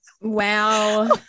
Wow